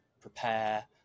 prepare